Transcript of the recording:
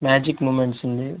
magic moments ఉంది